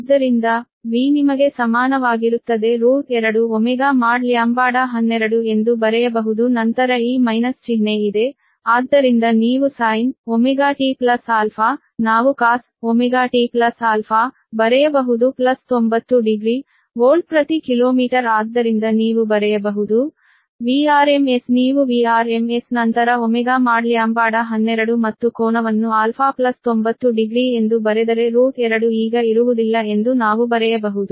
ಆದ್ದರಿಂದ V ನಿಮಗೆ ಸಮಾನವಾಗಿರುತ್ತದೆ √2 ω mod λ12 ಎಂದು ಬರೆಯಬಹುದು ನಂತರ ಈ ಮೈನಸ್ ಚಿಹ್ನೆ ಇದೆ ಆದ್ದರಿಂದ ನೀವು〖sin〗⁡〖ωtα〗ನಾವು cos⁡〖ωtα ಬರೆಯಬಹುದು〖90〗ಡಿಗ್ರಿ〗ವೋಲ್ಟ್ ಪ್ರತಿ ಕಿಲೋಮೀಟರ್ ಆದ್ದರಿಂದ ನೀವು ಬರೆಯಬಹುದು Vrms ನೀವು Vrms ನಂತರ ω mod λ12 ಮತ್ತು ಕೋನವನ್ನು α〖90〗degree ಎಂದು ಬರೆದರೆ √2 ಈಗ ಇರುವುದಿಲ್ಲ ಎಂದು ನಾವು ಬರೆಯಬಹುದು